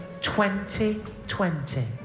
2020